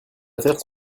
affaires